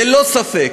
ללא ספק,